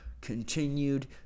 continued